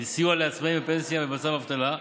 לסיוע לעצמאים בפנסיה במצב אבטלה.